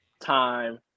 Time